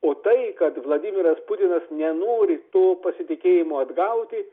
o tai kad vladimiras putinas nenori to pasitikėjimo atgauti